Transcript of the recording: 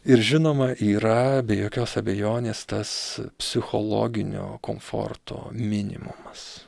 ir žinoma yra be jokios abejonės tas psichologinio komforto minimumas